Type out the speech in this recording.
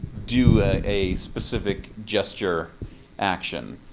do a specific gesture action.